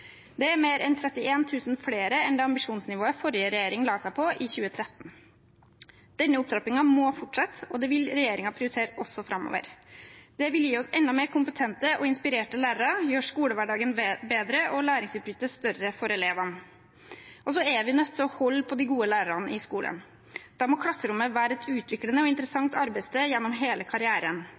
Det er mer enn 31 000 flere enn ambisjonsnivået forrige regjering la seg på i 2013. Denne opptrappingen må fortsette, og det vil regjeringen prioritere også framover. Det vil gi oss enda mer kompetente og inspirerte lærere og gjøre skolehverdagen bedre og læringsutbyttet større for elevene. Vi er nødt til å holde på de gode lærerne i skolen. Da må klasserommet være et utviklende og interessant arbeidssted gjennom hele karrieren.